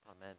amen